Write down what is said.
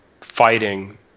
fighting